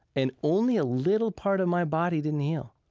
and only a little part of my body didn't heal.